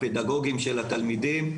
הפדגוגיים של התלמידים,